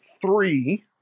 three